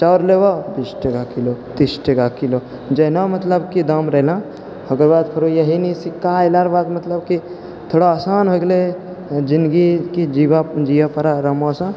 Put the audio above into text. चाउर लेब तीस टका किलो तीस टका किलो जेहिना मतलब कि दाम रहलै ओकर बाद फेरो यहि नि सिक्का एलाके बाद मतलब कि थोड़ा आसान हो गेलै जिनगी जिये पड़ै हमरासँ